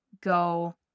go